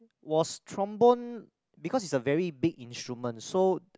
was trombone because is a very big instrument so